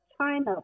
China